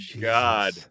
God